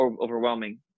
overwhelming